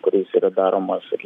kuris yra daromas ir